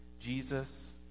Jesus